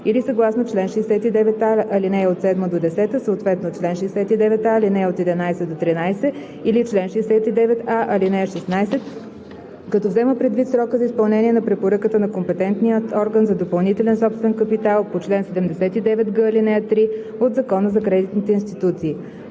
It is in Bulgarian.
или съгласно чл. 69а, ал. 7 – 10, съответно чл. 69а, ал. 11 – 13, или чл. 69а, ал. 16, като взема предвид срока за изпълнение на препоръката на компетентния орган за допълнителен собствен капитал по чл. 79г, ал. 3 от Закона за кредитните институции.“